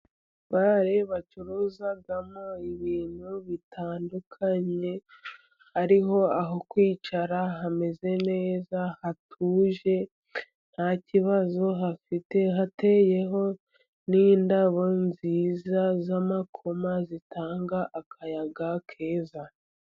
Bare bacuruzamo ibintu bitandukanye, hariho aho kwicara hameze neza, hatuje ntakibazo hafite, hateyeho n'indabo nziza z'amakoma zitanga akayaga keza.